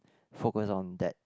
focus on that